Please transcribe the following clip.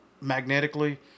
magnetically